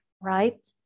right